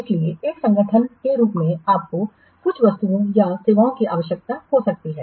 इसलिए एक संगठन के रूप में आपको कुछ वस्तुओं या सेवाओं की आवश्यकता हो सकती है